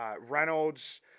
Reynolds